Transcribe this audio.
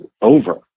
over